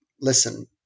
listen